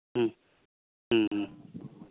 ᱦᱮᱸ ᱦᱮᱸ ᱦᱮᱸ